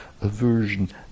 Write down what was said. aversion